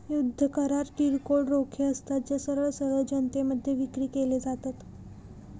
युद्ध करार किरकोळ रोखे असतात, जे सरळ सरळ जनतेमध्ये विक्री केले जातात